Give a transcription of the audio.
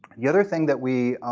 the other thing that we